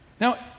Now